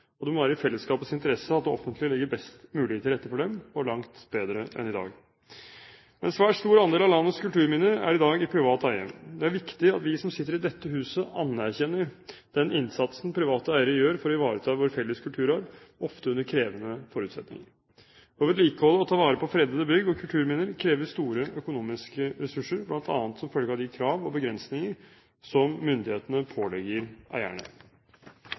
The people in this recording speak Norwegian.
og det må være i fellesskapets interesse at det offentlige legger best mulig til rette for dem – og langt bedre enn i dag. En svært stor andel av landets kulturminner er i dag i privat eie. Det er viktig at vi som sitter i dette huset, anerkjenner den innsatsen private eiere gjør for å ivareta vår felles kulturarv, ofte under krevende forutsetninger. Å vedlikeholde og ta vare på fredede bygg og kulturminner krever store økonomiske ressurser, bl.a. som følge av de krav og begrensninger som myndighetene pålegger